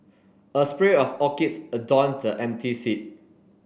a spray of orchids adorned the empty seat